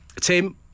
Tim